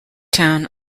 town